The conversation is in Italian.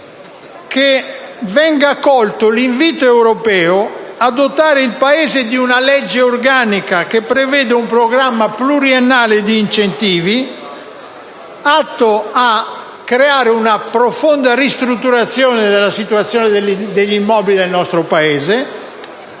che venga accolto l'invito europeo a dotare il Paese di una legge organica che preveda un programma pluriennale di incentivi atto a realizzare una profonda ristrutturazione degli immobili nel nostro Paese,